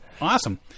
Awesome